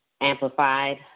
amplified